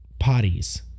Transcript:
potties